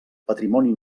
patrimoni